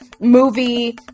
movie